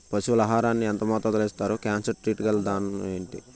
పశువుల ఆహారాన్ని యెంత మోతాదులో ఇస్తారు? కాన్సన్ ట్రీట్ గల దాణ ఏంటి?